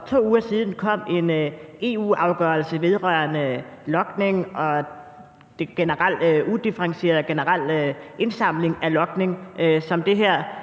2 uger siden kom en EU-afgørelse vedrørende logning og en udifferentieret generel indsamling af logning, som det her